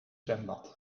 zwembad